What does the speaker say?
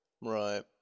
Right